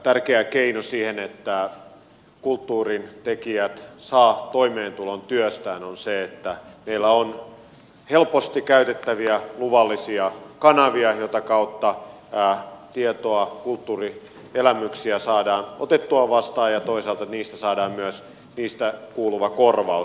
tärkeä keino siihen että kulttuurin tekijät saavat toimeentulon työstään on se että heillä on helposti käytettäviä luvallisia kanavia jota kautta tietoa kulttuurielämyksiä saadaan otettua vastaan ja toisaalta niistä saadaan myös niistä kuuluva korvaus